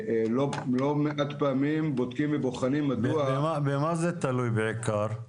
לא מעט פעמים בודקים ובוחנים מדוע -- במה זה תלוי בעיקר?